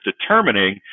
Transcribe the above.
determining